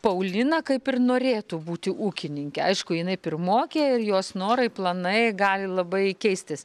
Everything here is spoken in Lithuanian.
paulina kaip ir norėtų būti ūkininke aišku jinai pirmokė ir jos norai planai gali labai keistis